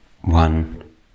one